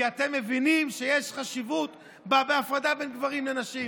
כי אתם מבינים שיש חשיבות להפרדה בין גברים לנשים.